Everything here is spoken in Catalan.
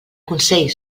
consell